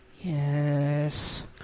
Yes